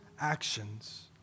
actions